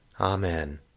Amen